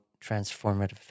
transformative